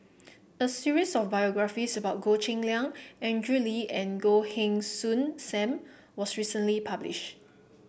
a series of biographies about Goh Cheng Liang Andrew Lee and Goh Heng Soon Sam was recently published